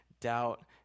doubt